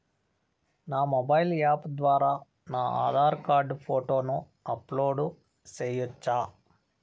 నా mobile app ద్వారా నా ఆధార్ కార్డు ఫోటోను అప్లోడ్ సేయొచ్చా?